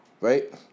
Right